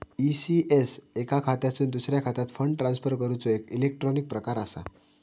ECS एका खात्यातुन दुसऱ्या खात्यात फंड ट्रांसफर करूचो एक इलेक्ट्रॉनिक प्रकार असा